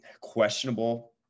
questionable